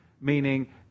meaning